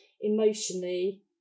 emotionally